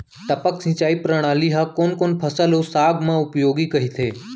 टपक सिंचाई प्रणाली ह कोन कोन फसल अऊ साग म उपयोगी कहिथे?